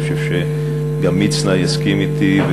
אני חושב שגם מצנע יסכים אתי,